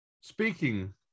speaking